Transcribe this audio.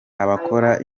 abakora